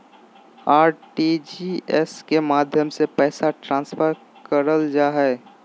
RTGS के माध्यम से पैसा ट्रांसफर करल जा हय